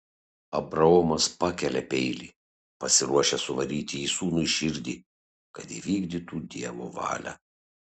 abraomas pakelia peilį pasiruošęs suvaryti jį sūnui į širdį kad įvykdytų dievo valią